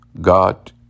God